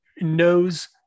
knows